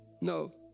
No